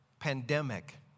Pandemic